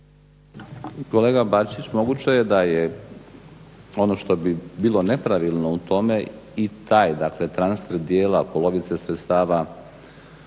Kolega Bačić moguće je da je ono što bi bilo nepravilno u tome i taj dakle transfer dijela polovice sredstava